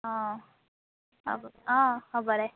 অঁ হ'ব অঁ হ'ব দে